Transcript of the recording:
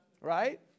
Right